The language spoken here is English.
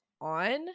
on